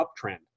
uptrend